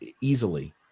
easily